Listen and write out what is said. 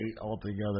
altogether